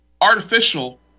artificial